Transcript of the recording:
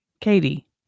katie